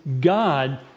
God